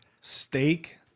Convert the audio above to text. steak